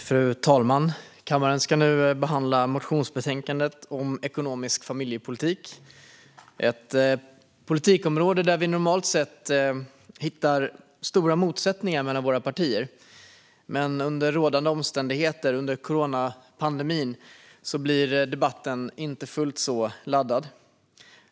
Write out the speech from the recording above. Fru talman! Kammaren behandlar nu motionsbetänkandet om ekonomisk familjepolitik. Det är ett politikområde där vi normalt sett hittar stora motsättningar mellan våra partier, men under rådande omständigheter - under coronapandemin - blir debatten inte fullt så laddad.